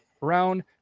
round